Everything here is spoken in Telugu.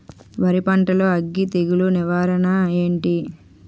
వరి పంటలో అగ్గి తెగులు నివారణ ఏంటి?